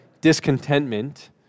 discontentment